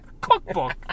Cookbook